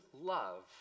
love